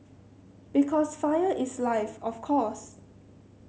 because fire is life of course